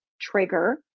trigger